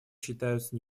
считаются